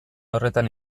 horretan